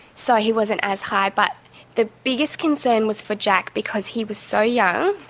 so he wasn't as high, but the biggest concern was for jack, because he was so young.